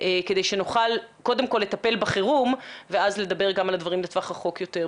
כדי שנוכל קודם כל לטפל בחירום ואז לדבר גם על הדברים לטווח רחוק יותר.